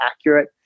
accurate